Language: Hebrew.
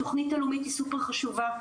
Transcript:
התוכנית הלאומית היא סופר חשובה,